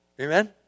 Amen